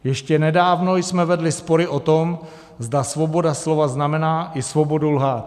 Ještě nedávno jsme vedli spory o tom, zda svoboda slova znamená i svobodu lhát.